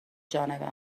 جانب